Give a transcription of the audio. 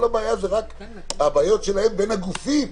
כל הבעיה זה רק הבעיות שלהם בין הגופים.